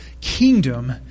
kingdom